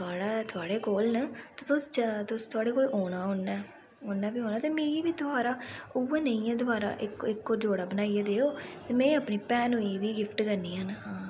थुआढ़ा थुआड़े कोल न तुस तुस थुआढ़े कोल औना उन्नेै उन्नेै बी औना ते मिगी बी दबारा उ'यै नेहियां दबारा इक इक होर जोड़ा बनाइयै देओ ते में अपनी भैनु गी बी गिफ्ट करनियां न हां